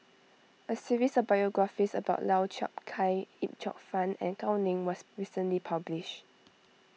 a series of biographies about Lau Chiap Khai Yip Cheong Fun and Gao Ning was recently published